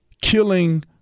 Killing